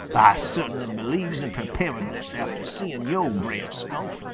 ah cert'nly believes in preparedness after seein' yo', brer skunk.